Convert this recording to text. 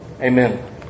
Amen